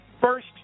first